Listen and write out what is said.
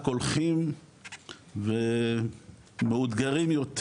רק הולכים ומאותגרים יותר,